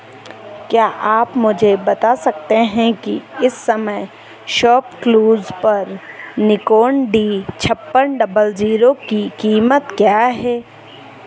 क्या आप मुझे बता सकते हैं की इस समय शॉपक्लूज़ पर निकॉन डी छप्पन डबल जीरो की कीमत क्या है